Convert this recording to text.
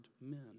men